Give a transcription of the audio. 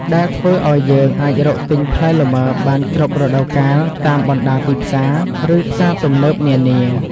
ដែលធ្វើឱ្យយើងអាចរកទិញផ្លែលម៉ើបានគ្រប់រដូវកាលតាមបណ្តាទីផ្សារ ឬផ្សារទំនើបនានា។